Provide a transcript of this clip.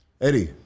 Eddie